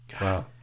Wow